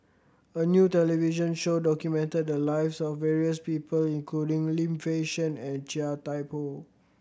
a new television show documented the lives of various people including Lim Fei Shen and Chia Thye Poh